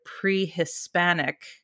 pre-Hispanic